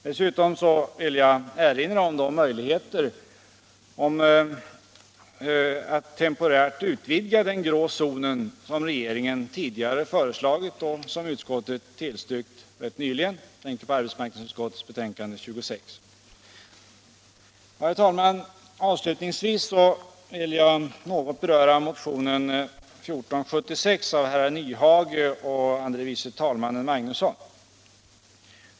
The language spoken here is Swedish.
Dessutom vill jag erinra om de möjligheter att temporärt utvidga den grå zonen som regeringen tidigare har föreslagit och som utskottet nyligen har tillstyrkt —- jag tänker på arbetsmarknadsutskottets betänkande 1976/77:26. Avslutningsvis vill jag, herr talman, något beröra motionen 1476 av herr Nyhage och herr andre vice talmannen Magnusson.